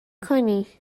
کنی